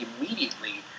immediately